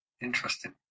Interesting